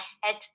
head